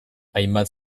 hainbat